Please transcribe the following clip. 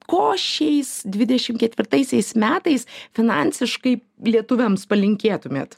ko šiais dvidešim ketvirtaisiais metais finansiškai lietuviams palinkėtumėt